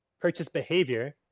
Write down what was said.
purchase behavior.